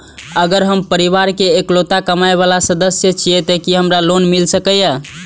अगर हम परिवार के इकलौता कमाय वाला सदस्य छियै त की हमरा लोन मिल सकीए?